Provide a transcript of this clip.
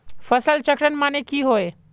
फसल चक्रण माने की होय?